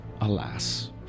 alas